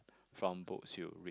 from books you read